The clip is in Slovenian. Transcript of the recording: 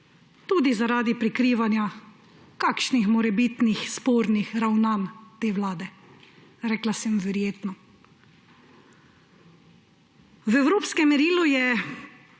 tudi zaradi prikrivanja kakšnih morebitnih spornih ravnanj te vlade. Rekla sem: verjetno. V evropskem merilu je